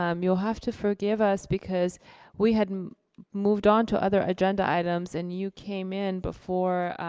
um you'll have to forgive us because we had moved on to other agenda items and you came in before,